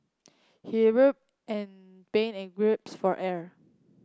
he writhed and be in grapes for air